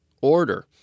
order